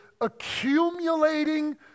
accumulating